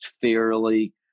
fairly